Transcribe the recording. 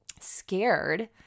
scared